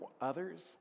others